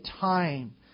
time